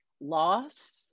loss